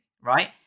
right